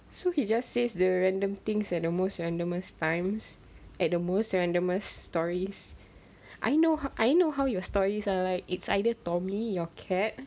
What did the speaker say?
so he just says the random things at the most randomness times at the most randomness stories I know how I know how your stories are like it's either tommy your cat